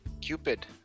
Cupid